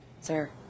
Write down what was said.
Sir